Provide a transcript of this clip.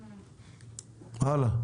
הלאה.